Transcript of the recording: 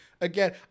Again